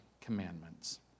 commandments